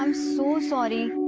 um so sorry.